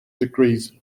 degrees